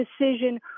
decision